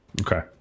Okay